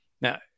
Now